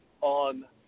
on